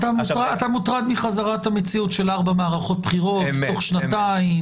אתה מוטרד מחזרת המציאות של 4 מערכות בחירות תוך שנתיים,